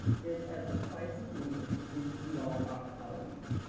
is as a crisis leader, which we all are, colleagues,